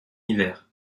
hiver